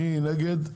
מי נגד?